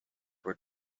were